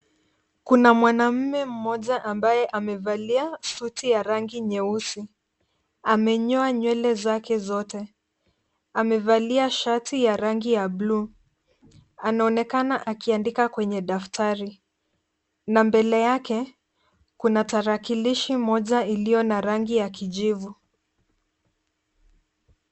Kuna mwanamume mmoja ambaye amevalia suti ya rangi nyeusi. Ame nyoa nywele zake zote. Amevalia shati ya rangi ya bluu, anaonekana akiandika kwenye daftari na mbele yake kuna tarakilishi kimoja iliyo na rangi ya kijivu.